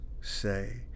say